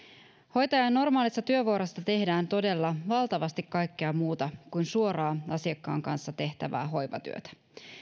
hoitajan normaalissa työvuorossa todella tehdään valtavasti kaikkea muuta kuin suoraa asiakkaan kanssa tehtävää hoivatyötä